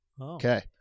Okay